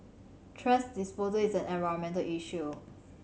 thrash disposal is an environmental issue